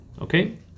okay